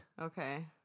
Okay